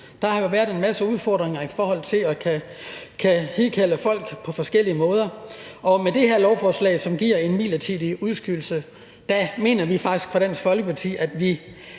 Der har jo været en masse udfordringer i forhold til at kunne hidkalde folk på forskellige måder, og med det her lovforslag, som giver en midlertidig udskydelse, mener vi faktisk fra Dansk Folkepartis side,